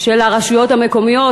לרשויות המקומיות,